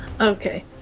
Okay